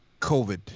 COVID